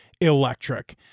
electric